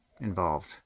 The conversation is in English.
Involved